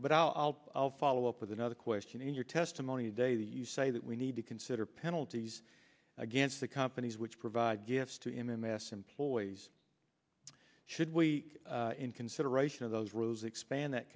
but i'll i'll follow up with another question in your testimony today that you say that we need to consider penalties against the companies which provide gifts to him in the ass employees should we in consideration of those rules expand that